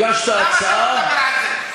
הגשת הצעה?